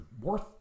worth